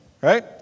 right